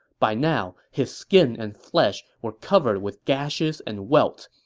by now, his skin and flesh were covered with gashes and welts,